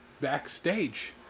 backstage